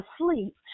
asleep